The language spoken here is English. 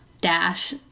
dash